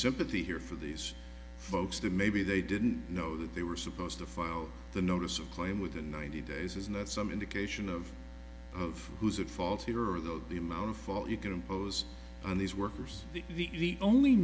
sympathy here for these folks that maybe they didn't know that they were supposed to file the notice of claim within ninety days is not some indication of of who's at fault here are those the amount of you can impose on these workers